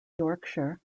yorkshire